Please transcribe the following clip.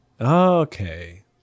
Okay